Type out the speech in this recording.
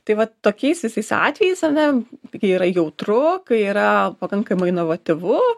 tai vat tokiais visais atvejais ane ki yra jautru kai yra pakankamai inovatyvu